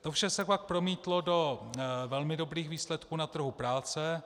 To vše se pak promítlo do velmi dobrých výsledků na trhu práce.